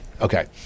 okay